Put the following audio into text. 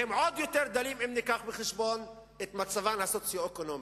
והם עוד יותר דלים אם ניקח בחשבון את מצבן הסוציו-אקונומי.